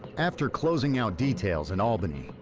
after closing out details in albany,